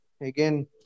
again